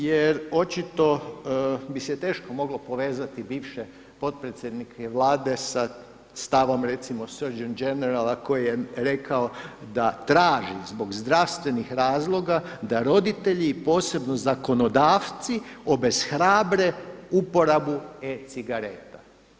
Jer očito bi se teško moglo povezati bivše potpredsjednike Vlade sa stavom recimo Search and generala koji je rekao da traži zbog zdravstvenih razloga da roditelji posebno zakonodavci obeshrabre uporabu e-cigareta.